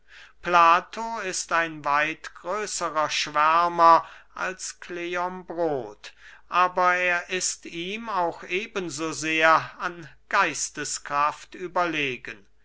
plato ist ein weit größerer schwärmer als kleombrot aber er ist ihm auch eben so sehr an geisteskraft überlegen